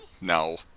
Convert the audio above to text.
No